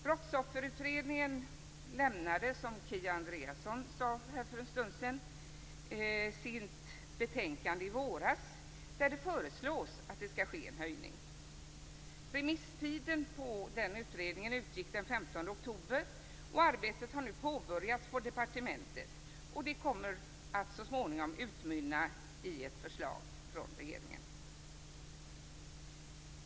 Brottsofferutredningen lämnade, som Kia Andreasson sade för en stund sedan, sitt betänkande i våras, där det föreslås att det skall ske en höjning. Remisstiden för den utredningen utgick den 15 oktober, och arbetet har nu påbörjats på departementet. Det kommer att så småningom utmynna i ett förslag från regeringen.